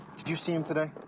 did you see him today?